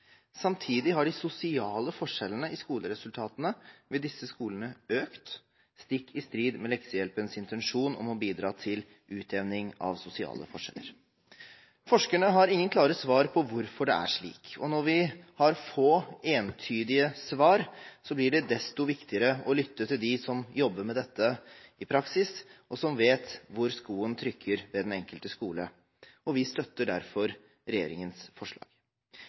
Samtidig har de sosiale forskjellene i skoleresultatene ved disse skolene økt – stikk i strid med leksehjelpens intensjon om å bidra til utjevning av sosiale forskjeller. Forskerne har ingen klare svar på hvorfor det er slik, og når vi har få entydige svar, blir det desto viktigere å lytte til dem som jobber med dette i praksis, og som vet hvor skoen trykker ved den enkelte skole. Vi støtter derfor regjeringens forslag.